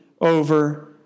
over